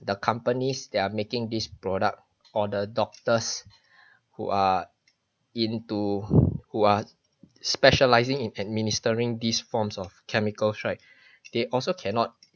the companies they are making this product or the doctors who are into who are specializing in administering these forms of chemicals right they also cannot